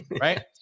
Right